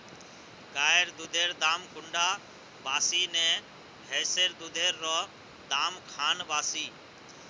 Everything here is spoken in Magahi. गायेर दुधेर दाम कुंडा बासी ने भैंसेर दुधेर र दाम खान बासी?